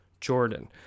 Jordan